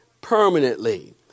permanently